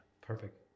perfect